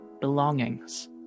belongings